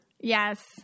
Yes